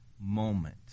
moment